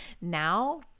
Now